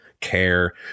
care